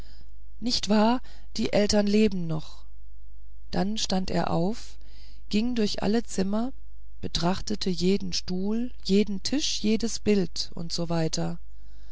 nicht wahr die eltern leben noch damit stand er auf ging durch alle zimmer betrachtete jeden stuhl jeden tisch jedes bild u s